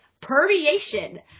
permeation